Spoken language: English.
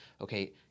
okay